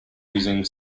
using